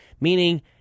meaning